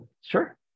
Sure